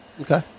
Okay